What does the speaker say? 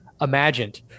imagined